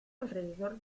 alrededor